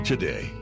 today